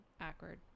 awkward